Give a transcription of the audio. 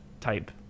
type